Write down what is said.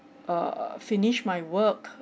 err finish my work